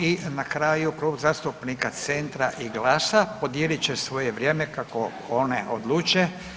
I na kraju Klub zastupnika Centra i GLAS-a podijelit će svoje vrijeme kako one odluče.